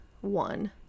one